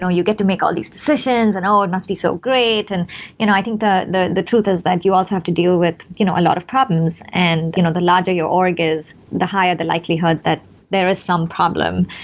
you get to make all these decisions and oh, it must be so great. and you know i think the the truth is that you also have to deal with you know a lot of problems. and you know the larger your org is, the higher the likelihood that there is some problem.